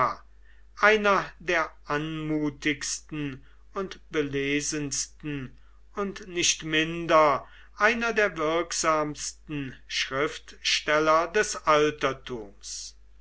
einer der anmutigsten und belesensten und nicht minder einer der wirksamsten schriftsteller des altertums